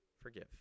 forgive